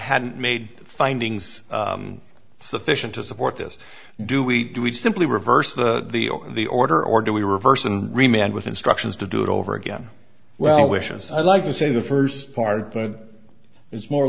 hadn't made findings sufficient to support this do we do it simply reverse the the order or do we reverse and remain and with instructions to do it over again well wishes i'd like to say the first part but it's more